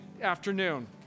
afternoon